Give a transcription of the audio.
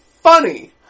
funny